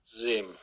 Zim